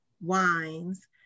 Wines